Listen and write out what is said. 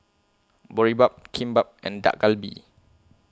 Boribap Kimbap and Dak Galbi